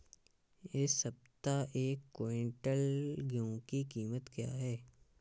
इस सप्ताह एक क्विंटल गेहूँ की कीमत क्या है?